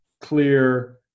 clear